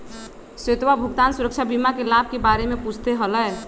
श्वेतवा भुगतान सुरक्षा बीमा के लाभ के बारे में पूछते हलय